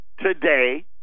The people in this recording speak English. today